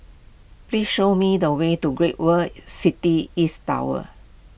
please show me the way to Great World City East Tower